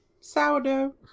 sourdough